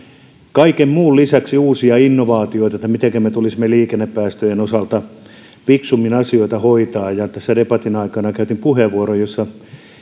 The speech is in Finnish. kaiken muun lisäksi uusia innovaatioita mitenkä meidän tulisi liikennepäästöjen osalta fiksummin asioita hoitaa ja tässä debatin aikana käytin puheenvuoron jossa